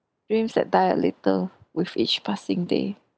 dreams that die a little with each passing day